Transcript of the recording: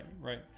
right